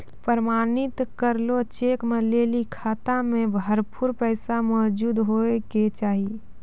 प्रमाणित करलो चेक लै लेली खाता मे भरपूर पैसा मौजूद होय के चाहि